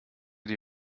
die